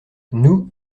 nous